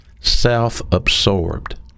Self-absorbed